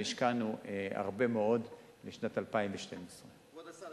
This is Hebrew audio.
שם השקענו הרבה מאוד בשנת 2012. כבוד השר,